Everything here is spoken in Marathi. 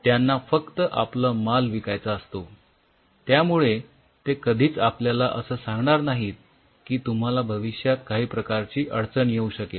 त्यांना फक्त आपला माल विकायचा असतो त्यामुळे ते कधीच आपल्याला असं सांगणार नाहीत की तुम्हाला भविष्यात काही प्रकारची अडचण येऊ शकेल